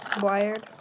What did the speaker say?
Wired